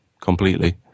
completely